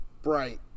bright